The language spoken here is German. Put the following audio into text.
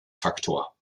faktor